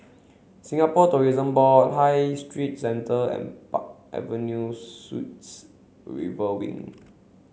Singapore Tourism Board High Street Centre and Park Avenue Suites River Wing